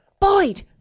Boyd